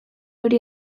hori